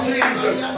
Jesus